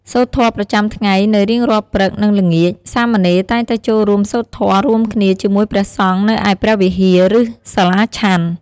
សូត្រធម៌ប្រចាំថ្ងៃ នៅរៀងរាល់ព្រឹក និងល្ងាច សាមណេរតែងតែចូលរួមសូត្រធម៌រួមគ្នាជាមួយព្រះសង្ឃនៅឯព្រះវិហារ ឬសាលាឆាន់។